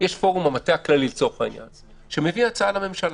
במטה הכללי שמביא הצעה לממשלה.